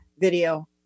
video